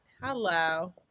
Hello